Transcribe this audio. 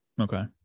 okay